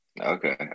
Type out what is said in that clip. Okay